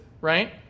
right